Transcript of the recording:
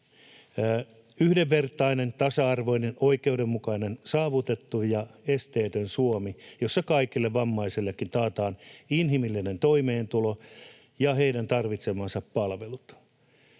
yhdenvertainen, tasa-arvoinen, oikeudenmukainen, saavutettava ja esteetön Suomi, jossa kaikille vammaisillekin taataan inhimillinen toimeentulo ja heidän tarvitsemansa palvelut.